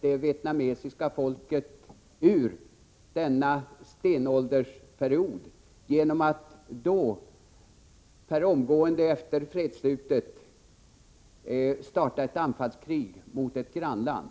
det vietnamesiska folket ur denna stenåldersperiod genom att omgående efter fredsslutet starta ett anfallskrig mot ett grannland?